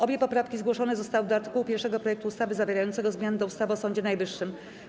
Obie poprawki zgłoszone zostały do art. 1 projektu ustawy zawierającego zmiany w ustawie o Sądzie Najwyższym.